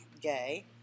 gay